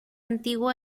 antiguo